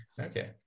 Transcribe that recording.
Okay